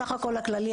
בסך הכל הכללי,